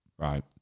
right